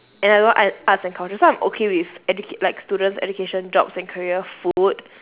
and I don't want ar~ arts and culture so I'm okay with educate like students education jobs and career food